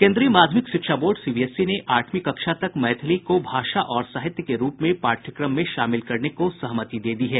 केन्द्रीय माध्यमिक शिक्षा बोर्ड सीबीएसई ने आठवीं कक्षा तक मैथिली को भाषा और साहित्य के रूप में पाठ्यक्रम में शामिल करने को सहमति दे दी है